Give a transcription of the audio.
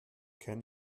ken